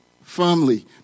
firmly